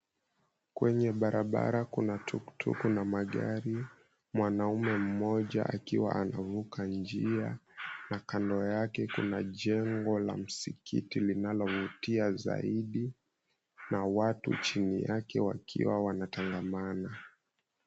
Kwenye barabara kuna tuktuk na magari. Mwanaume mmoja akiwa anavuka njia na kando yake kuna jengo la msikiti linalovutia zaidi, na watu chini yake wakiwa wanatangamana.